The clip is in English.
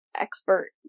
expert